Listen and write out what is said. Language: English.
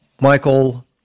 Michael